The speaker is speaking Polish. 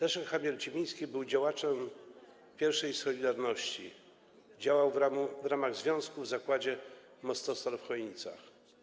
Leszek Chamier-Ciemiński był działaczem pierwszej „Solidarności”, działał w ramach związku w zakładzie Mostostal w Chojnicach.